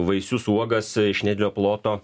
vaisius uogas iš nedidelio ploto